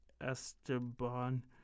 Esteban